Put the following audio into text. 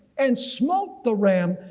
and smote the ram,